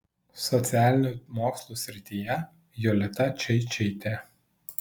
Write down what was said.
socialinių mokslų srityje jolita čeičytė